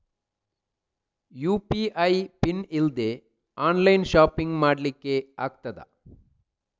UPI PIN ಇಲ್ದೆ online shopping ಮಾಡ್ಲಿಕ್ಕೆ ಆಗ್ತದಾ?